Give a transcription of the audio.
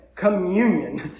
communion